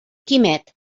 quimet